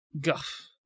guff